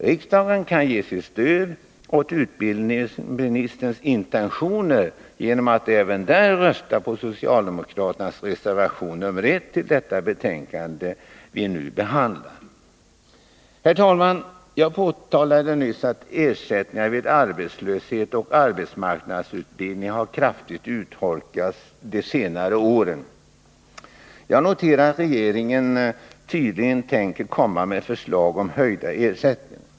Riksdagen kan ge sitt stöd åt utbildningsministerns intentioner genom att rösta på socialdemokraternas reservation 1 till det betänkande som vi nu behandlar. Herr talman! Jag påtalade nyss att ersättningarna vid arbetslöshet och arbetsmarknadsutbildning kraftigt har urholkats under senare år. Jag noterade att regeringen tydligen tänker komma med förslag om höjda ersättningar.